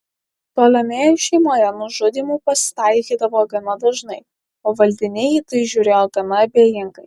ptolemėjų šeimoje nužudymų pasitaikydavo gana dažnai o valdiniai į tai žiūrėjo gana abejingai